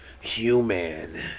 human